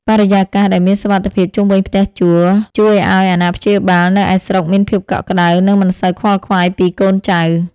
បរិយាកាសដែលមានសុវត្ថិភាពជុំវិញផ្ទះជួល ជួយឱ្យអាណាព្យាបាលនៅឯស្រុកមានភាពកក់ក្តៅ និងមិនសូវខ្វល់ខ្វាយពីកូនចៅ។